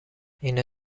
اینا